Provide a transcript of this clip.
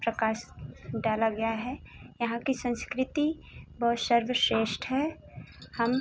प्रकाश डाला गया है यहाँ की संस्कृति बहुत सर्वश्रेष्ठ है हम